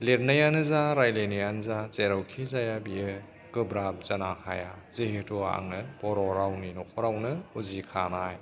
लिरनायानो जा रायलायनायानो जा जेरावखि जाया बियो गोब्राब जानो हाया जेहेथु आङो बर' रावनि नख'रावनो उजिखानाय